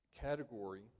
category